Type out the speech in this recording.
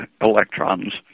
electrons